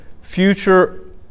future